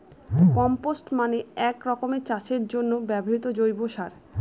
compost মানে এক রকমের চাষের জন্য ব্যবহৃত জৈব সার